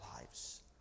lives